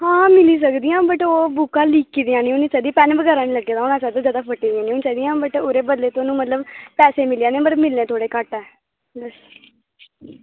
आं मिली सकदियां पर ओह् बुक्कां लीकी दियां निं होनी चाही दियां पैन बगैरा निं लग्गे दा होना चाहिदा ते लिखी दियां निं होनी चाही दियां ते ओह्दे बदले थुहानू पैसे मिली जाङन पर मिलने थोह्ड़े घट्ट ऐ